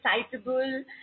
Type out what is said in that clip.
excitable